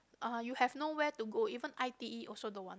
uh you have nowhere to go even I_T_E also don't want